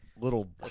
little